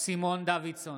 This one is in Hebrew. סימון דוידסון,